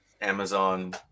Amazon